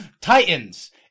Titans